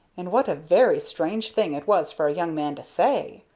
and what a very strange thing it was for a young man to say?